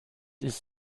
ist